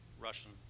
Russian